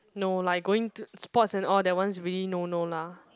no like going to sports and all that one is really no no lah